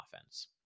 offense